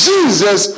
Jesus